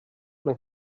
man